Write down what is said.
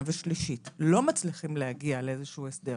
ושלישית לא מצליחים להגיע לאיזשהו הסדר,